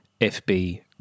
FB